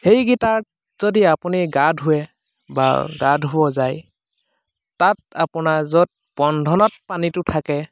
সেইকেইটাত যদি আপুনি গা ধুৱে বা গা ধুব যায় তাত আপোনাৰ য'ত বন্ধনত পানীটো থাকে